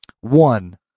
One